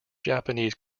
japanese